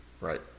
Right